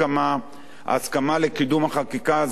ההסכמה לקידום החקיקה הזאת אינה בהכרח